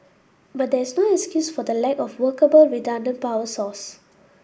but there is no excuse for the lack of workable redundant power source